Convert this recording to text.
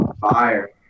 Fire